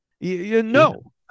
No